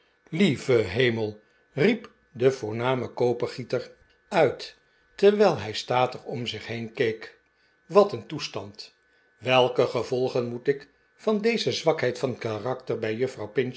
lieve hemel riep de voorname kopergieter uit terwijl hij statig om zich heen keek wat een toestand welke gevolgen moet ik van deze zwakheid van karakter bij juffrouw